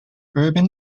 urban